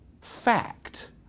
fact